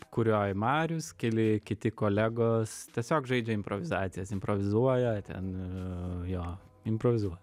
kurioj marius keli kiti kolegos tiesiog žaidžia improvizacijas improvizuoja ten jo improvizuoja